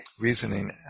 reasoning